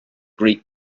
greek